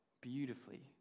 beautifully